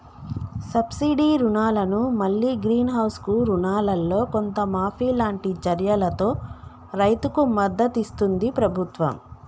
subsidy రుణాలను మల్లి greenhouse కు రుణాలల్లో కొంత మాఫీ లాంటి చర్యలతో రైతుకు మద్దతిస్తుంది ప్రభుత్వం